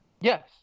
yes